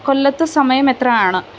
കൊല്ലത്ത് സമയമെത്രയാണ്